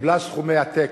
קיבלה סכומי עתק,